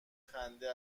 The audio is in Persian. خنده